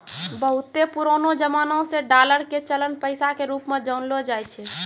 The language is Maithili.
बहुते पुरानो जमाना से डालर के चलन पैसा के रुप मे जानलो जाय छै